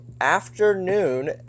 afternoon